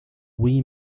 wii